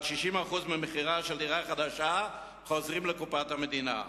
60% ממחירה של דירה חדשה חוזרים לקופת המדינה.